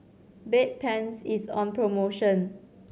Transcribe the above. Bedpans is on promotion